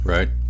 Right